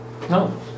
No